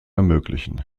ermöglichen